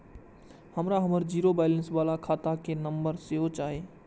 हमरा हमर zero balance बाला खाता के नम्बर सेहो चाही